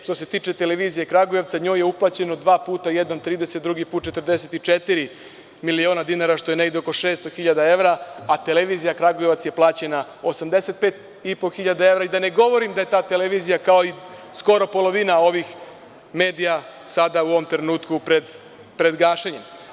Što se tiče Televizije Kragujevac njoj je uplaćeno dva puta, jednom 30.000 evra, drugi put 44 miliona dinara, što je negde oko 600.000 evra, a Televizija Kragujevac je plaćena 85.000 evra i da ne govorim da je ta televizija, kao i skoro polovina ovih medija sada u ovom trenutku pred gašenjem.